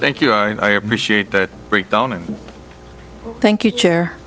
thank you i appreciate that breakdown and thank you chair